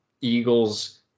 Eagles